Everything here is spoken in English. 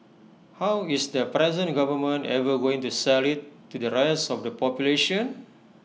how is the present government ever going to sell IT to the rest of the population